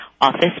office